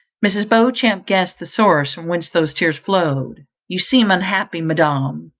mrs. beauchamp guessed the source from whence those tears flowed. you seem unhappy, madam,